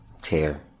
tear